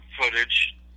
footage